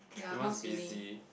everyone's busy